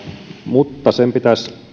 mutta sen pitäisi